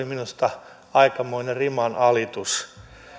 minusta aikamoinen rimanalitus